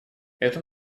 эту